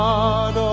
God